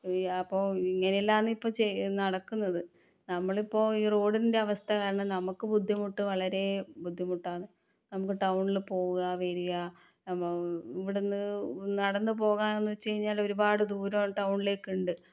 അപ്പോൾ ഇങ്ങനെയെല്ലാം ആണിപ്പോൾ ചെയ് നടക്കുന്നത് നമ്മളിപ്പോൾ ഈ റോഡിൻ്റെ അവസ്ഥ കാരണം നമുക്ക് ബുദ്ധിമുട്ട് വളരെ ബുദ്ധിമുട്ടാണ് നമുക്ക് ടൌണിൽ പോവുക വരുക നമ്മൾ ഇവിടെനിന്ന് നടന്ന് പോകാമെന്ന് വെച്ച് കഴിഞ്ഞാൽ ഒരുപാട് ദൂരം ടൌണിലേക്കുണ്ട്